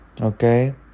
okay